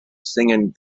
singing